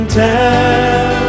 tell